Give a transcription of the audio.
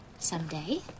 Someday